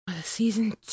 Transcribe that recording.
season